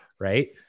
Right